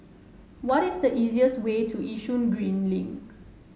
what is the easiest way to Yishun Green Link